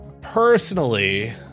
personally